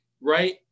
right